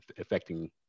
affecting